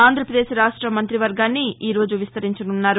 ఆంధ్రపదేశ్ రాష్ట్ర మంత్రి వర్గాన్ని ఈ రోజు విస్తరించనున్నారు